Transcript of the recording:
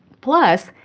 plus,